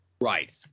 Right